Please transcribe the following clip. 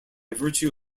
virtue